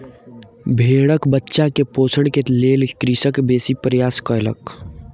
भेड़क बच्चा के पोषण के लेल कृषक बेसी प्रयास कयलक